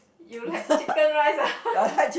you like chicken rice ah